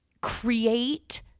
create